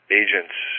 agents